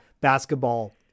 basketball